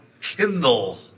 kindle